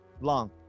Long